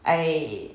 I